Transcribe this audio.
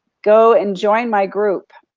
go and join my group.